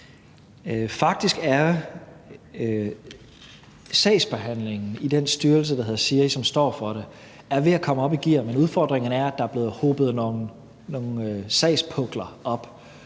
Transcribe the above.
Faktisk er sagsbehandlingen i den styrelse, der hedder SIRI, som står for det, ved at komme op i gear, men udfordringerne er, at der er blevet hobet nogle sagspukler op,